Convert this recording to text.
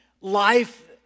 life